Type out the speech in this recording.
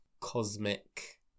cosmic